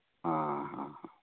ᱦᱮᱸ ᱦᱮᱸ ᱦᱮᱸ